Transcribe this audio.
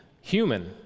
human